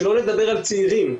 שלא לדבר על צעירים.